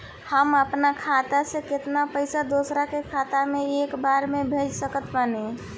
हम अपना खाता से केतना पैसा दोसरा के खाता मे एक बार मे भेज सकत बानी?